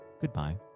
goodbye